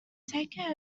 take